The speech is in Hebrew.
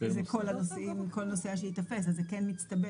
זה כל נוסע שייתפס, אז זה מצטבר.